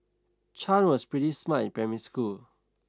Chan was pretty smart in primary school